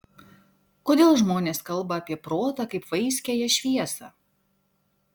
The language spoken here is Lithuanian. kodėl žmonės kalba apie protą kaip vaiskiąją šviesą